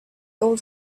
old